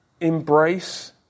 embrace